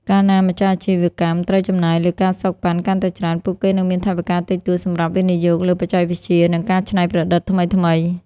កាលណាម្ចាស់អាជីវកម្មត្រូវចំណាយលើ ការសូកប៉ាន់ កាន់តែច្រើន ពួកគេនឹងមានថវិកាតិចតួចសម្រាប់វិនិយោគលើបច្ចេកវិទ្យា និងការច្នៃប្រឌិតថ្មីៗ។